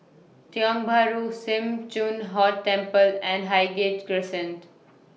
Tiong Bahru SIM Choon Huat Temple and Highgate Crescent